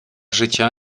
życia